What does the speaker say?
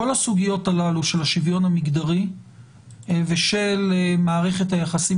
כל הסוגיות הללו של השוויון המגדרי ושל מערכת היחסים